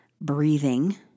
breathing